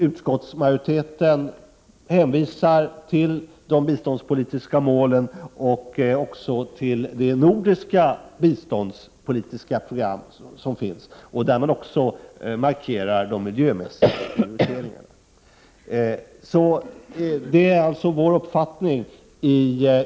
Utskottsmajoriteten hänvisar till de biståndspolitiska målen och till det nordiska biståndspolitiska programmet, där de miljömässiga prioriteringarna markeras.